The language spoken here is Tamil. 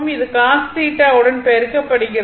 இது cos θ உடன் பெருக்கப்படுகிறது